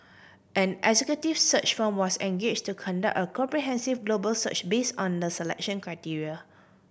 an executive search firm was engage to conduct a comprehensive global search base on the selection criteria